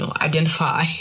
identify